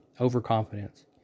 overconfidence